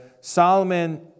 Solomon